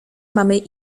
mamy